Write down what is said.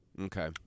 Okay